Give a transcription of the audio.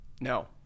No